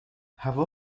هوا